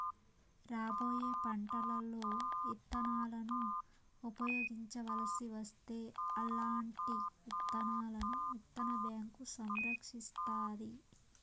రాబోయే పంటలలో ఇత్తనాలను ఉపయోగించవలసి వస్తే అల్లాంటి విత్తనాలను విత్తన బ్యాంకు సంరక్షిస్తాది